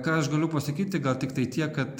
ką aš galiu pasakyti gal tiktai tiek kad